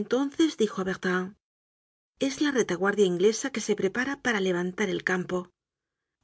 entonces dijo á bertrand es la retaguardia inglesa que se prepara para levantar el campo